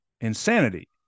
insanity